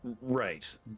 Right